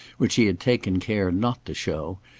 which he had taken care not to show,